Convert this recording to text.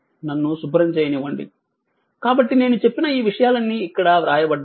నన్ను శుభ్రం చేయనివ్వండి కాబట్టి నేను చెప్పిన ఈ విషయాలన్నీ ఇక్కడ వ్రాయబడ్డాయి